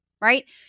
Right